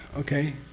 okay?